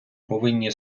повинні